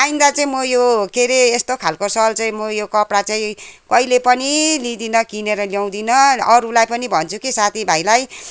आइन्दा चाहिँ म यो केरे यस्तो खाल्को सल चाहिँ म यो कपडा चाहिँ कहिले पनि लिँदिनँ किनेर ल्याउँदिनँ अरूलाई पनि भन्छु कि साथीभाइलाई